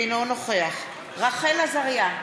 אינו נוכח רחל עזריה,